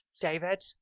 David